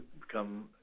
Become